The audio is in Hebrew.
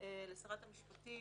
לשרת המשפטים